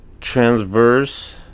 transverse